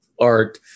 art